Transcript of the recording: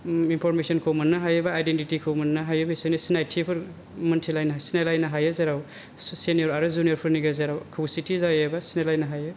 इमपर्मेसनखौ मोन्नो हायो बा आईडेनटिटिखौ मोन्नो हायो बिसोरनि सिनायथिफोर मोनथिलायनो सिनायलायनो हायो जेराव सेनिअर आरो जुनिअरफोरनि गेजेराव खौसेथि जायो बा सिनायलायनो हायो